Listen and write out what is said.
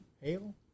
Hail